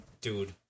dude